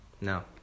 No